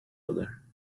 other